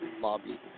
lobby